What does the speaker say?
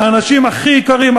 האנשים הכי יקרים,